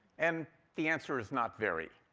and the answer is not very.